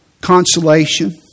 Consolation